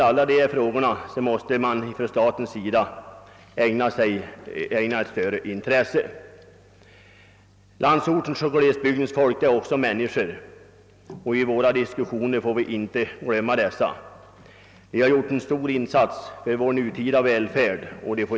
Alla dessa frågor måste från statens sida ägnas större intresse. Landsortens och glesbygdens folk är också människor, och i våra diskussioner får vi inte glömma dem, eftersom de gjort en stor insats för vår nutida välfärd.